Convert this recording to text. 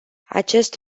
acest